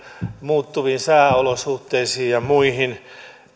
muuttuviin sääolosuhteisiin ja muihin